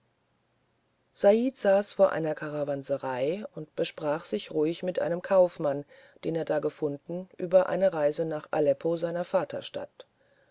said saß vor einem karawanserei und besprach sich ganz ruhig mit einem kaufmann den er da gefunden über eine reise nach aleppo seiner